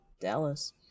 Dallas